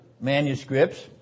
manuscripts